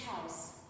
House